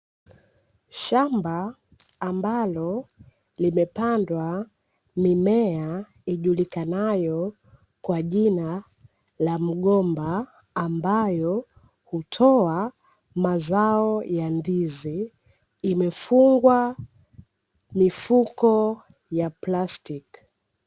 Shamba ambalo limepandwa mimea ijulikanayo kwa jina la mgomba, ambayo hutoa mazao ya ndizi, imefungwa mifuko ya plastiki.